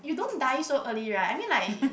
you don't die so early right I mean like